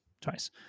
twice